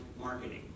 marketing